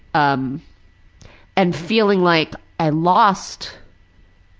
um and feeling like i lost.